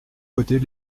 côtés